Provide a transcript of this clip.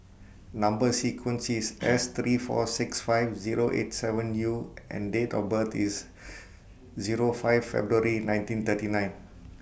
Number sequence IS S three four six five Zero eight seven U and Date of birth IS Zero five February nineteen thirty nine